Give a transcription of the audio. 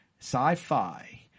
sci-fi